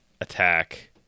attack